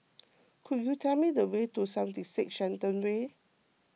could you tell me the way to seventy six Shenton Way